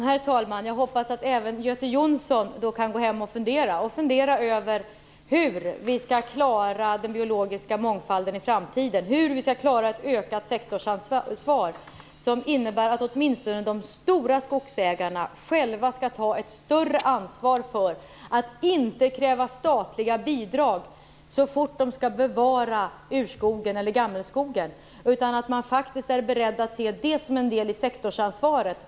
Herr talman! Jag hoppas att även Göte Jonsson kan gå hem och fundera över hur vi skall klara den biologiska mångfalden i framtiden och hur vi skall klara ett ökat sektorsansvar som innebär att åtminstone de stora skogsägarna själva skall ta ett större ansvar för att inte kräva statliga bidrag så fort de skall bevara urskogen eller gammelskogen utan att de faktiskt är beredda att se detta som en del i sektorsansvaret.